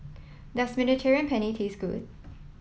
does Mediterranean Penne taste good